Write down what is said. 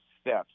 steps